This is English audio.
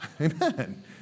Amen